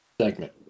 segment